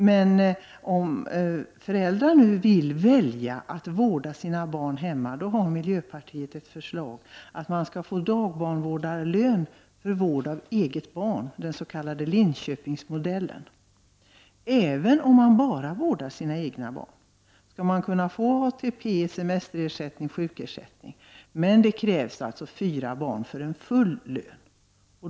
Men för de föräldrar som vill välja att vårda sina barn hemma har miljöpartiet ett förslag om att de skall få dagbarnvårdarlön för vård av eget barn, den s.k. Linköpingsmodellen. Även om de bara vårdar sina egna barn skall de få ATP, semesterersättning och sjukersättning, men det krävs fyra barn för en full lön.